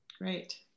Great